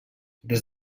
des